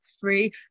free